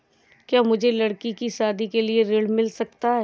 क्या मुझे लडकी की शादी के लिए ऋण मिल सकता है?